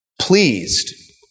pleased